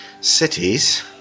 cities